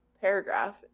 paragraph